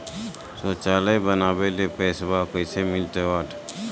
शौचालय बनावे ले पैसबा कैसे मिलते?